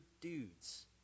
dudes